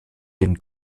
den